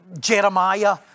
Jeremiah